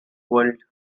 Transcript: world